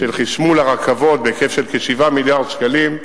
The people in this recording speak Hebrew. של חשמול הרכבות בהיקף של כ-7 מיליארד שקלים,